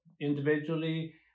individually